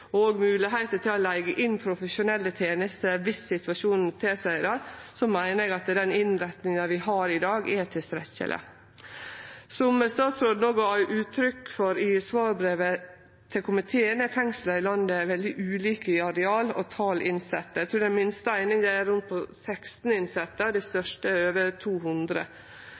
og moglegheiter til å leige inn profesjonelle tenester viss situasjonen tilseier det, meiner eg at den innretninga vi har i dag, er tilstrekkeleg. Som statsråden òg gav uttrykk for i svarbrevet til komiteen, er fengsla i landet veldig ulike i areal og talet på innsette. Eg trur den minste eininga er på rundt 16 innsette, og dei største er på over 200.